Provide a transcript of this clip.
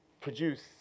produce